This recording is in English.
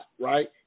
right